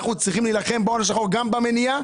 אנחנו צריכים להילחם בהון השחור, גם במניעה